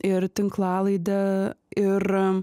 ir tinklalaidę ir